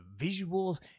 visuals